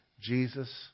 Jesus